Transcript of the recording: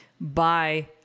Bye